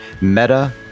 Meta